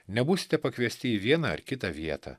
nebūsite pakviesti į vieną ar kitą vietą